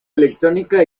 electrónica